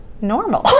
normal